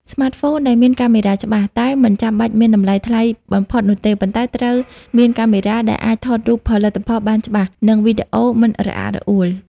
ស្មាតហ្វូនដែលមានកាមេរ៉ាច្បាស់ តែមិនចាំបាច់មានតម្លៃថ្លៃបំផុតនោះទេ ប៉ុន្តែត្រូវមានកាមេរ៉ាដែលអាចថតរូបផលិតផលបានច្បាស់ និងវីដេអូមិនរអាក់រអួល។